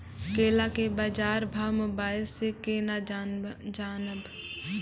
केला के बाजार भाव मोबाइल से के ना जान ब?